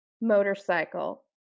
motorcycle